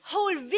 Whole